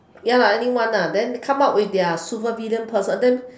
ya lah anyone ah then come up with their super villain person then